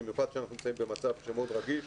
במיוחד כאשר אנחנו נמצאים במצב מאוד רגיש